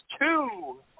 two